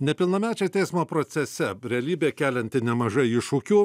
nepilnamečiai teismo procese realybė kelianti nemažai iššūkių